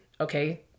okay